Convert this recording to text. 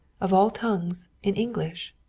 of all tongues, in english.